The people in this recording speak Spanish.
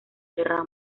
guerra